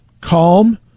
calm